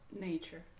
Nature